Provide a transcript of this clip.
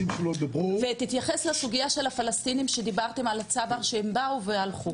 ותתייחס לסוגיה של הפלסטינים שדיברתם על צברי כשהם באו והלכו.